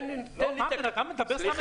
אתה מדבר סתם